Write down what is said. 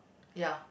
ya